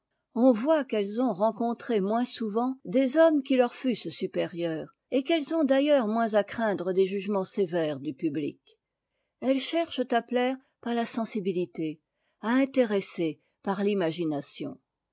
on voit qu'elles ont rencontré moins souvent des hommes qui leur fussent supérieurs et qu'elles ont d'ailleurs moins à craindre des jugements sévères du public elles cherchent à plaire par ta sensibilité à intéresser par imagination